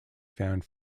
found